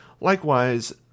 Likewise